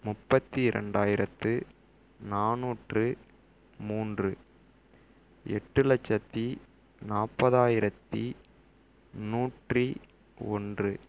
முப்பத்தி ரெண்டாயிரத்து நானூற்று மூன்று எட்டு லட்சத்தி நாற்பதாயிரத்தி நூற்றி ஒன்று